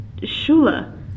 Shula